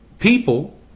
people